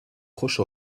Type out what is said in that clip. proche